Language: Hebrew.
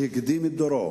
שהקדים את דורו